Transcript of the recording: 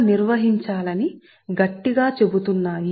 వైపు నిలబెట్టాలని పట్టుబడుతున్నాయి